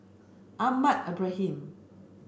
Ahmad Ibrahim